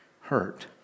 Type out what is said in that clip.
hurt